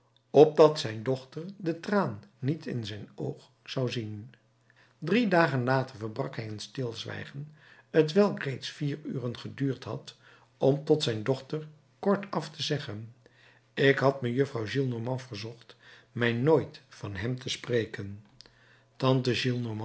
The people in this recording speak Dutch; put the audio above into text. opdat zijn dochter den traan niet in zijn oog zou zien drie dagen later verbrak hij een stilzwijgen t welk reeds vier uren geduurd had om tot zijn dochter kortaf te zeggen ik had mejuffrouw gillenormand verzocht mij nooit van hem te spreken tante